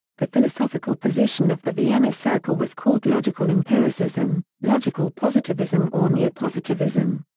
the philosophical position of the vienna circle was called logical empiricism, logical positivism or neopositivism.